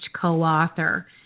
co-author